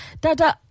Dada